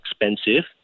expensive